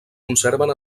conserven